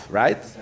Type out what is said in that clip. right